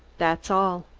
that's all!